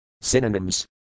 Synonyms